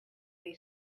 they